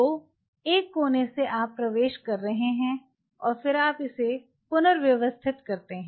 तो एक कोने से आप प्रवेश कर रहे हैं और फिर आप इसे पुनर्व्यवस्थित करते हैं